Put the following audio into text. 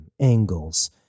angles